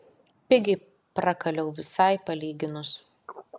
pigiai prakaliau visai palyginus